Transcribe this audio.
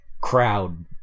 crowd